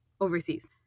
overseas